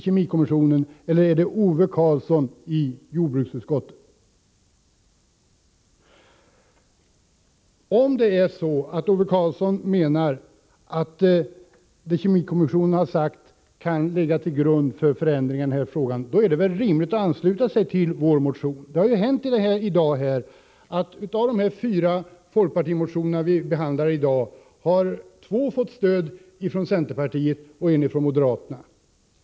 kemikommissionen har sagt kan ligga till grund för en förändring av den här frågan, är det väl rimligt att ansluta sig till vår motion. Det har hänt i dag att av de fyra folkpartimotioner som vi behandlar har två fått stöd av centerpartiet och en av moderaterna.